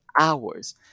hours